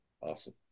Awesome